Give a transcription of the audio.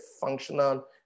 functional